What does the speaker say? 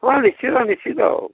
ହଁ ନିଶ୍ଚିନ୍ତ ନିଶ୍ଚିନ୍ତ ଆଉ